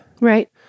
Right